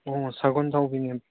ꯑꯣ ꯁꯒꯣꯜ ꯊꯧꯕꯤꯅꯦ